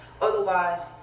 otherwise